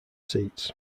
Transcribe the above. seats